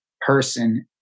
person